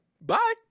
bye